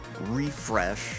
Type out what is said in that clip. refresh